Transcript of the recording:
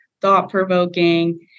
thought-provoking